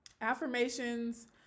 Affirmations